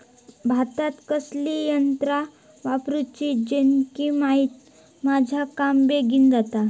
भातात कसली यांत्रा वापरुची जेनेकी माझा काम बेगीन जातला?